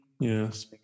yes